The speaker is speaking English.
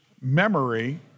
memory